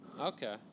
okay